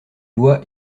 lois